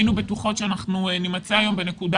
היינו בטוחות שאנחנו נימצא היום בנקודה